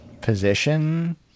position